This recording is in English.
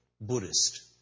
Buddhist